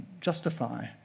justify